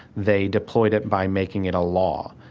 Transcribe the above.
they deployed it by making it a law.